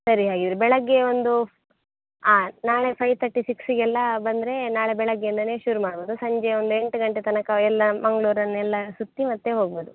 ಸರಿ ಹಾಗಿದ್ದರೆ ಬೆಳಗ್ಗೆ ಒಂದು ಹಾಂ ನಾಳೆ ಫೈ ತರ್ಟಿ ಸಿಕ್ಸಿಗೆಲ್ಲ ಬಂದರೆ ನಾಳೆ ಬೆಳಗ್ಗೆಯಿಂದಲೇ ಶುರು ಮಾಡ್ಬೌದು ಸಂಜೆ ಒಂದು ಎಂಟು ಗಂಟೆ ತನಕ ಎಲ್ಲ ಮಂಗಳೂರನ್ನೆಲ್ಲ ಸುತ್ತಿ ಮತ್ತೆ ಹೋಗ್ಬೋದು